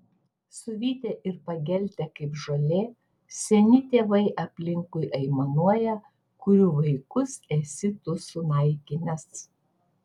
suvytę ir pageltę kaip žolė seni tėvai aplinkui aimanuoja kurių vaikus esi tu sunaikinęs